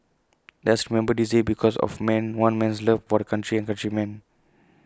let's remember day the because of man one man's love for the country and countrymen